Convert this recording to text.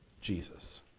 Jesus